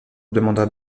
demanda